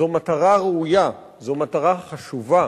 זו מטרה ראויה, זו מטרה חשובה.